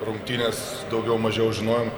rungtynės daugiau mažiau žinojom